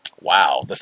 wow